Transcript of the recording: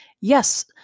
Yes